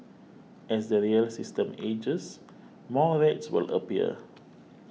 as the rail system ages more rats will appear